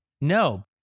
No